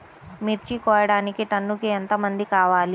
మిర్చి కోయడానికి టన్నుకి ఎంత మంది కావాలి?